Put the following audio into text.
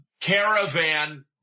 caravan